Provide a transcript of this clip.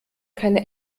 keine